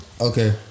okay